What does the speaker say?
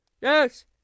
Yes